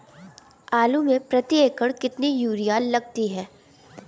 आलू में प्रति एकण कितनी यूरिया लगती है?